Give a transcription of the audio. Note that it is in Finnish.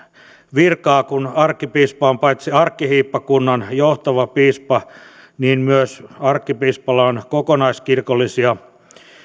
virkaan arkkipiispa on paitsi arkkihiippakunnan johtava piispa mutta arkkipiispalla on myös kokonaiskirkollisia